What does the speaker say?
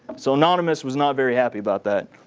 so anonymous was not very happy about that.